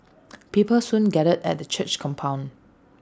people soon gathered at the church's compound